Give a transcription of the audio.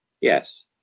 Yes